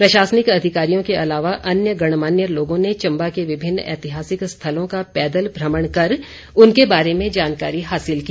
प्रशासनिक अधिकारियों के अलावा अन्य गणमान्य लोगों ने चंबा के विभिन्न ऐतिहासिक स्थलों का पैदल भ्रमण कर उनके बारे में जानकारी हासिल की